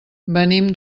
venim